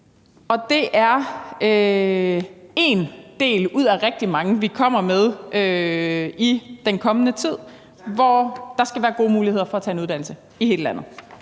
og det er en del ud af rigtig mange, vi kommer med i den kommende tid, hvor der skal være gode muligheder for at tage en uddannelse i hele landet.